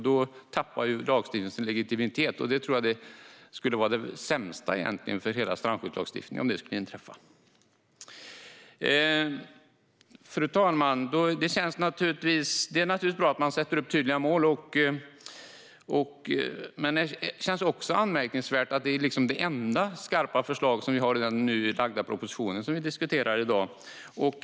Då tappar lagstiftningen sin legitimitet, och det tror jag är det sämsta som kan inträffa för hela strandskyddslagstiftningen. Fru talman! Det är naturligtvis bra att man sätter tydliga mål, men det är anmärkningsvärt att det här är det enda skarpa förslaget i den proposition som vi diskuterar i dag.